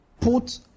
Put